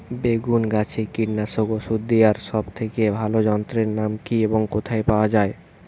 বেগুন গাছে কীটনাশক ওষুধ দেওয়ার সব থেকে ভালো যন্ত্রের নাম কি এবং কোথায় পাওয়া যায়?